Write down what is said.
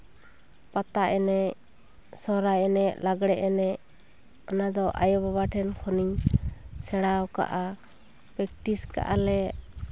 ᱯᱟᱛᱟ ᱮᱱᱮᱡ ᱥᱚᱦᱚᱨᱟᱭ ᱮᱱᱮᱡ ᱞᱟᱜᱽᱲᱮ ᱮᱱᱮᱡ ᱚᱱᱟᱫᱚ ᱟᱭᱳ ᱵᱟᱵᱟ ᱴᱷᱮᱱ ᱠᱷᱚᱱᱤᱧ ᱥᱮᱬᱟ ᱠᱟᱜᱼᱟ ᱯᱮᱠᱴᱤᱥ ᱠᱟᱜᱼᱟ ᱞᱮ